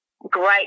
great